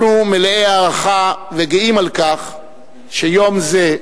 אנחנו מלאי הערכה וגאים על כך שיום זה,